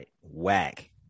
whack